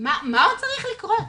מה עוד צריך לקרות?